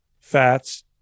fats